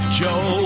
joe